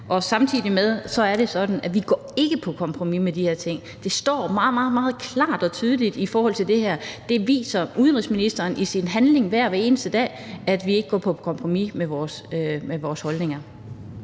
og samtidig med det er det sådan, at vi ikke går på kompromis med de her ting. Det står meget, meget klart og tydeligt i forhold til det her. Der viser udenrigsministeren i sin handling hver eneste dag, at vi ikke går på kompromis med vores holdninger.